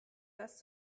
das